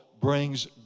brings